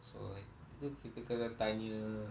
so itu kita kena tanya